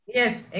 yes